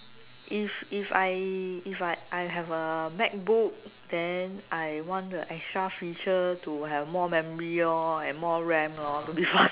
if if I if I I have a MacBook then I want the extra feature to have more memory lor and more RAM lor to be fas~